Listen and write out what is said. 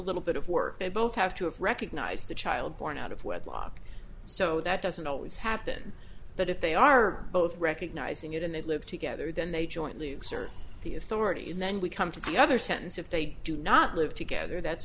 little bit of work they both have to have recognised the child born out of wedlock so that doesn't always happen but if they are both recognising it and they live together then they jointly exert the authority and then we come to the other sentence if they do not live together that's